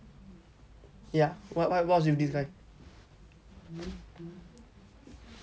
ya what what is with this guy